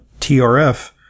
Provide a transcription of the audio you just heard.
TRF